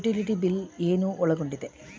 Utility bill ಏನು ಒಳಗೊಂಡಿದೆ?